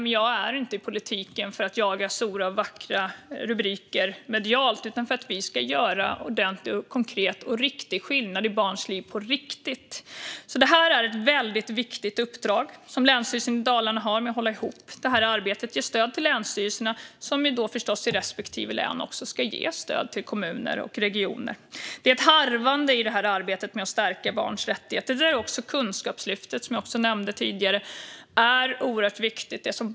Men jag är inte i politiken för att jaga vackra och stora rubriker i medierna, utan för att vi ska göra ordentlig och konkret skillnad i barns liv på riktigt. Det är alltså ett väldigt viktigt uppdrag som Länsstyrelsen i Dalarnas län har med att hålla ihop det här arbetet och ge stöd till länsstyrelserna, som förstås i respektive län ska ge stöd till kommunerna och regionerna. Det är ett harvande i det här arbetet med att stärka barns rättigheter. Kunskapslyftet, som jag nämnde tidigare, är också oerhört viktigt.